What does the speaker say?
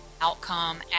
outcome